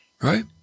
right